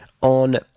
on